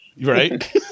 Right